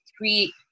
three